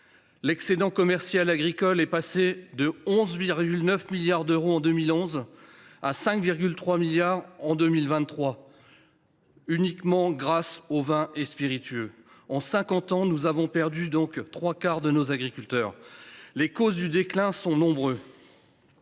excédent commercial agricole est passé de 11,9 milliards d’euros en 2011 à 5,3 milliards d’euros – uniquement grâce aux vins et spiritueux – en 2023. En cinquante ans, nous avons perdu les trois quarts de nos agriculteurs. Les causes du déclin sont nombreuses